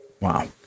Wow